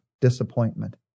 disappointment